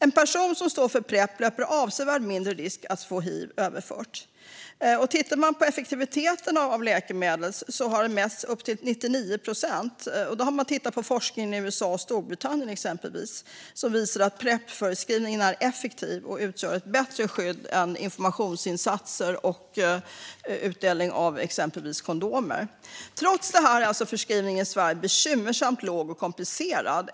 En person som står på Prep löper avsevärt mindre risk att få hiv överfört. Effektiviteten av läkemedlet har uppmätts till 99 procent. Då har man tittat på forskning i USA och Storbritannien, exempelvis, som visar att Prepförskrivningen är effektiv och utgör ett bättre skydd än informationsinsatser och utdelning av exempelvis kondomer. Trots det här är alltså förskrivningen i Sverige bekymmersamt låg och komplicerad.